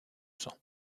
sang